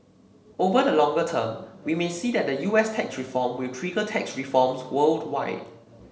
over the longer term we may see that the U S tax reform will trigger tax reforms worldwide